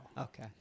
Okay